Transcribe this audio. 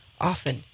often